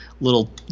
little